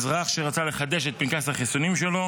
אזרח שרצה לחדש את פנקס החיסונים שלו